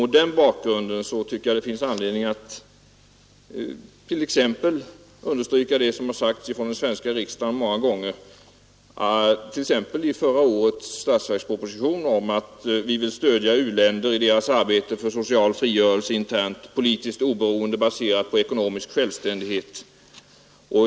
Mot denna bakgrund finns det anledning att t.ex. understryka det som många gånger sagts av den svenska regeringen — bl.a. i förra årets statsverksproposition — om att vi vill stödja u-länder i deras arbete för social frigörelse internt och politiskt oberoende baserat på ekonomisk självständighet.